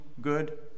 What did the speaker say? good